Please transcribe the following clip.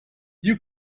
you